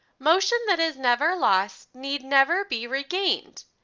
motion that is never lost, need never be regained.